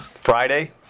Friday